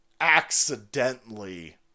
accidentally